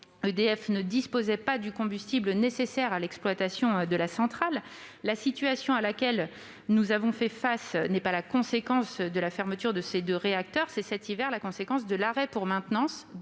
EDF ne disposait pas du combustible nécessaire à l'exploitation de la centrale. La situation à laquelle nous avons fait face n'est pas la conséquence de la fermeture de ces deux réacteurs, mais de l'arrêt pour maintenance,